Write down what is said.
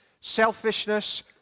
selfishness